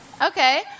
Okay